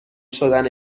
شدن